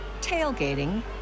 tailgating